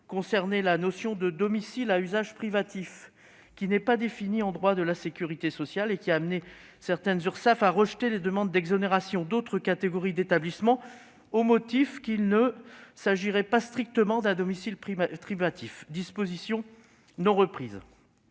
objet la notion de « domicile à usage privatif », qui n'est pas définie en droit de la sécurité sociale, ce qui a amené certaines Urssaf à rejeter les demandes d'exonération de certaines catégories d'établissements, au motif qu'il ne s'agirait pas « strictement » d'un domicile privatif. Cette disposition n'a pas